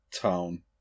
town